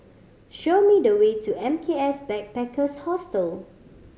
show me the way to M K S Backpackers Hostel